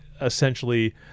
essentially